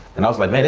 and i was like,